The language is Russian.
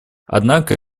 однако